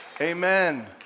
Amen